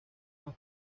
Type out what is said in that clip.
más